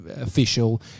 official